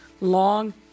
long